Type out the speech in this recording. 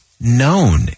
known